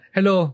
Hello